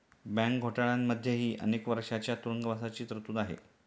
bank घोटाळ्यांमध्येही अनेक वर्षांच्या तुरुंगवासाची तरतूद आहे